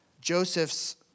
Joseph's